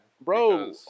bro